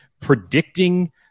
predicting